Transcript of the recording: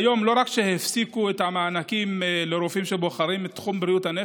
כיום לא רק שהפסיקו את המענקים לרופאים שבוחרים בתחום בריאות הנפש,